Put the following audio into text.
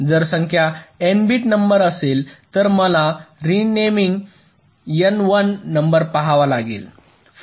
जर संख्या N bit number असेल तर मला रेमेनिंग N 1 नंबर पहावा लागेल